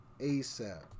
ASAP